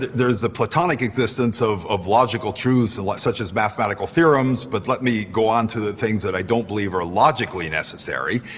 there's the platonic existence of of logical truths and such as mathematical theorems, but let me go onto the things that i don't believe are logically necessary.